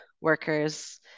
workers